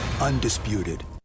undisputed